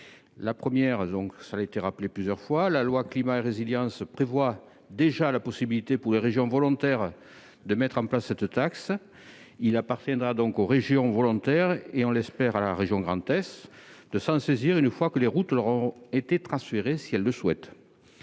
quatre raisons principales. Premièrement, la loi Climat et résilience prévoit déjà la possibilité pour les régions volontaires de mettre en place cette taxe ... Dans deux ans ! Il appartiendra donc aux régions volontaires et, on l'espère, à la région Grand Est de s'en saisir, une fois que les routes leur auront été transférées, si elles le souhaitent.